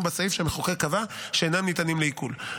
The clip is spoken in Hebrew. בסעיף שהמחוקק קבע שאינם ניתנים לעיקול.